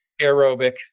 aerobic